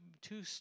two